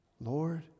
Lord